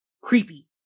creepy